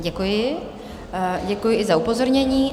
Děkuji, děkuji i za upozornění.